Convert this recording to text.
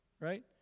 Right